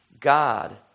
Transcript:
God